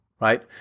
right